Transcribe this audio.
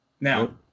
Now